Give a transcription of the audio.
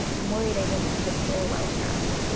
i'm worried, i didn't prepare well enough.